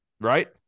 right